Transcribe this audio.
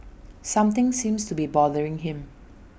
something seems to be bothering him